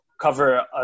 cover